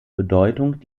bedeutung